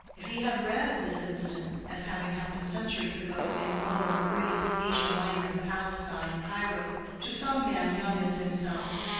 if he had read of this incident as having happened centuries ago in rome, greece, asia minor, palestine, cairo, to some man young as himself,